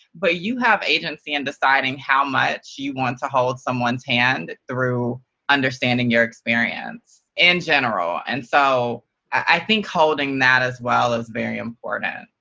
but you have agency in deciding how much you want to hold someone's hand through understanding your experience in general. and so i think holding that as well is very important.